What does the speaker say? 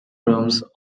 rooms